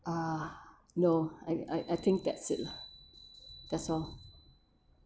uh no I I I think that's it lah that's all